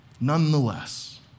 Nonetheless